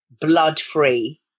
blood-free